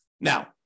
Now